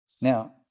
Now